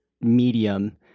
medium